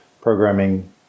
programming